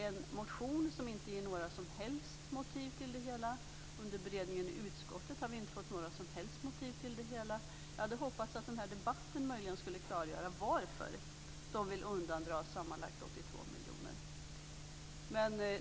I motionen ges inte några som helst motiv till detta. Vi har inte heller under beredningen i utskottet fått några som helst motiv för minskningen. Jag hade hoppats att den här debatten möjligen skulle klargöra varför man vill undandra sammanlagt 82 miljoner kronor.